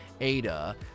Ada